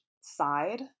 side